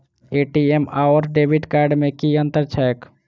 ATM आओर debit card मे की अंतर छैक?